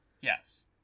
Yes